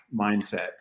mindset